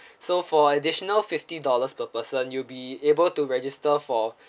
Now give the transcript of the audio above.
so for additional fifty dollars per person you'll be able to register for